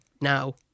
now